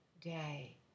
day